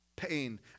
pain